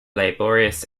laborious